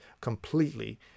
completely